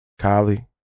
Kylie